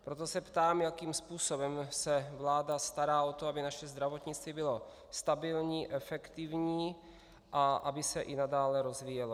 Proto se ptám, jakým způsobem se vláda stará o to, aby naše zdravotnictví bylo stabilní, efektivní a aby se i nadále rozvíjelo.